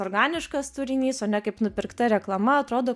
organiškas turinys o ne kaip nupirkta reklama atrodo